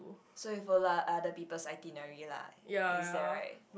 so you follow ot~ other people's itinerary lah is that right